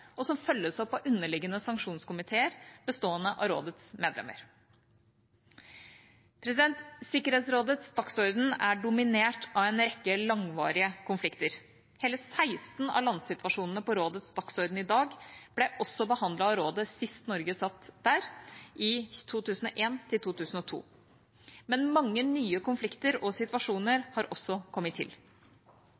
og som følges opp av underliggende sanksjonskomiteer bestående av rådets medlemmer. Sikkerhetsrådets dagsorden er dominert av en rekke langvarige konflikter. Hele 16 av landsituasjonene på rådets dagsorden i dag ble også behandlet av rådet sist Norge satt der – i 2001–2002. Men mange nye konflikter og situasjoner